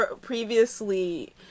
previously